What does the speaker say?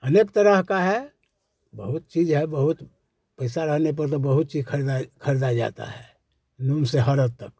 अनेक तरह का है बहुत चीज़ है बहुत पैसा रहने पर तो बहुत चीज़ ख़रीदारी ख़रीदा जाता है नून से अरहर तक